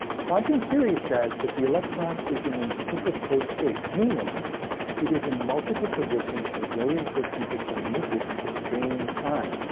quantum theory says that the electron is in a superposed state, meaning it is in multiple positions and various distances from the nucleus as the same time.